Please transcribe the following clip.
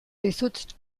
dizut